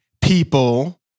people